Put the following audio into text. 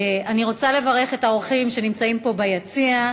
אני רוצה לברך את האורחים שנמצאים פה ביציע,